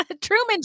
Truman